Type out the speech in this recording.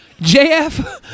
JF